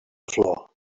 flor